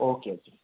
okay okay